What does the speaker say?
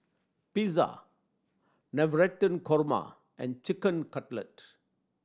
Pizza Navratan Korma and Chicken Cutlet